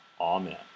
Amen